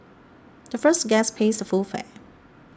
the first guest pays the full fare